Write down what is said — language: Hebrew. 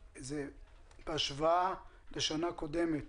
בהשוואה לשנה קודמת